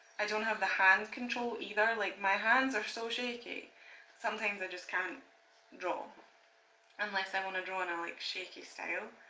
i don't have the hand control either. like my hands are so shaky sometimes i just can't draw unless i want to draw in a and like shaky style.